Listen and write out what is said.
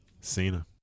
Cena